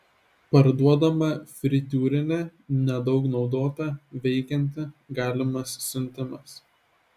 parduodama fritiūrinė nedaug naudota veikianti galimas siuntimas